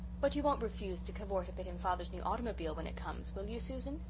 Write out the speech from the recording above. but you won't refuse to cavort a bit in father's new automobile when it comes, will you, susan?